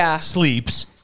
sleeps